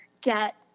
get